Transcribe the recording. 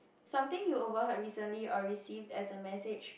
something you overheard recently or received as a message